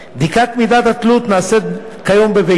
בדיקת מידת התלות נעשית כיום בביתו